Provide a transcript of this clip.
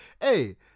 Hey